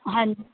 ਹਾਂਜੀ